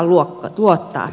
enpä tiedä